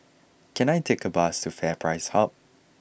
can I take a bus to FairPrice Hub